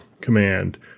command